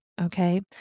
Okay